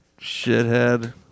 shithead